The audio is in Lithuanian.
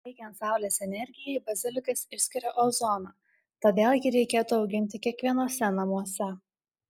veikiant saulės energijai bazilikas išskiria ozoną todėl jį reikėtų auginti kiekvienuose namuose